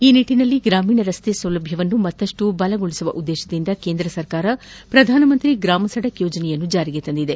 ಈ ನಿಟ್ಟನಲ್ಲಿ ಗಾಮೀಣ ರಸ್ತೆ ಸೌಲಭ್ಯವನ್ನು ಮತ್ತಷ್ಟು ಬಲಗೊಳಿಸುವ ಉದ್ದೇಶದಿಂದ ಕೇಂದ್ರ ಸರ್ಕಾರ ಪ್ರಧಾನಮಂತ್ರಿ ಗ್ರಾಮ ಸಡಕ್ ಯೋಜನೆಯನ್ನು ಜಾರಿಗೆ ತಂದಿದೆ